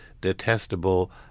detestable